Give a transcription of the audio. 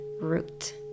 root